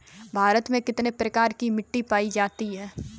भारत में कितने प्रकार की मिट्टी पाई जाती है?